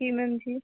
जी ma'am जी